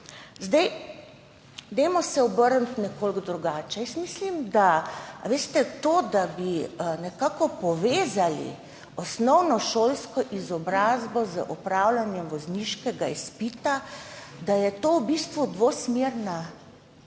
Dajmo se obrniti nekoliko drugače. Jaz mislim, da je to, da bi nekako povezali osnovnošolsko izobrazbo z opravljanjem vozniškega izpita, v bistvu dvosmerna vez.